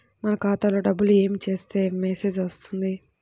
మన ఖాతాలో డబ్బులు ఏమి చేస్తే మెసేజ్ వస్తుంది?